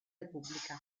repubblica